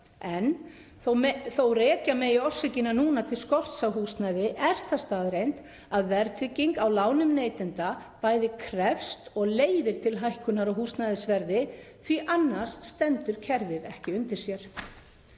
Þótt rekja megi orsökina núna til skorts á húsnæði er það staðreynd að verðtrygging á lánum neytenda bæði krefst og leiðir til hækkunar á húsnæðisverði því annars stendur kerfið ekki undir sér.